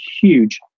huge